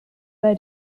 bij